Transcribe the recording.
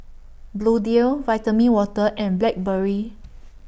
Bluedio Vitamin Water and Blackberry